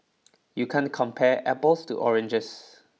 you can't compare apples to oranges